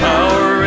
Power